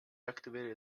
activated